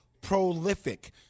prolific